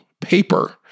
paper